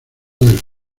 del